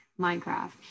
Minecraft